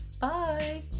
bye